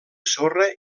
sorra